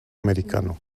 americano